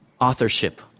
authorship